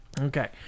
Okay